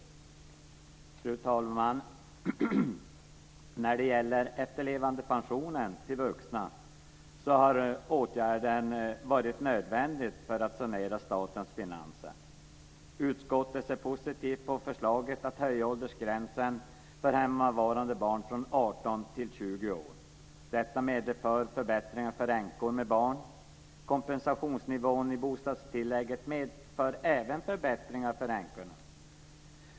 Fru talman! När det gäller efterlevandepensionen har åtgärden varit nödvändig för att sanera statens finanser. Utskottet ser positivt på förslaget att höja åldersgränsen för hemmavarande barn från 18 till 20 år. Detta medför förbättringar för änkor med barn. Även kompensationsnivån i bostadstillägget medför förbättringar för änkorna.